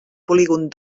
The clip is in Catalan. polígon